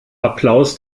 applaus